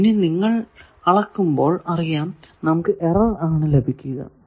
ഇനി നിങ്ങൾ അളക്കുമ്പോൾ നമുക്ക് എറർ ആണ് ലഭിക്കുക